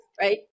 Right